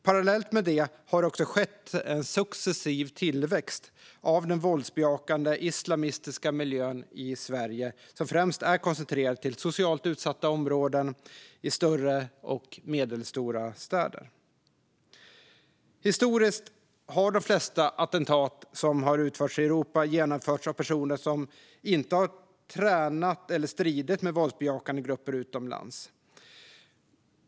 Parallellt med detta har det också skett en successiv tillväxt av den våldsbejakande islamistiska miljön i Sverige, som främst är koncentrerad till socialt utsatta områden i större och medelstora städer. Historiskt har de flesta attentat som utförts i Europa genomförts av personer som inte har tränat eller stridit med våldsbejakande grupper utomlands.